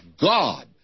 God